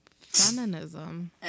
Feminism